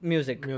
Music